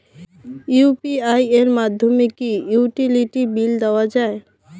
UPI এর মাধ্যমে কি ইউটিলিটি বিল দেওয়া যায়?